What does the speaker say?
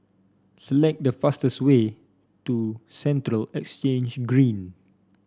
select the fastest way to Central Exchange Green